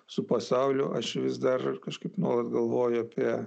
su pasauliu aš vis dar ir kažkaip nuolat galvoju apie